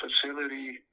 facility